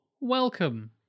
welcome